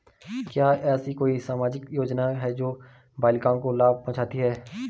क्या ऐसी कोई सामाजिक योजनाएँ हैं जो बालिकाओं को लाभ पहुँचाती हैं?